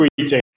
tweeting